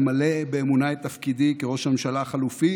למלא באמונה את תפקידי כראש הממשלה החלופי